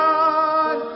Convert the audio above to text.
God